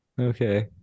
Okay